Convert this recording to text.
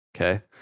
okay